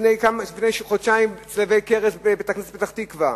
לפני חודשיים צוירו צלבי קרס בבית-כנסת בפתח-תקווה,